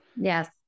Yes